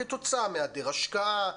כתוצאה מהיעדר השקעה,